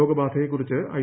രോഗ ബാധയെക്കുറിച്ച് ഐ